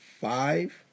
five